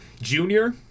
Junior